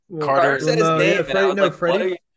Carter